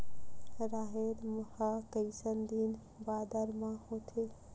राहेर ह कइसन दिन बादर म होथे?